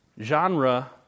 Genre